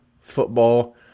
football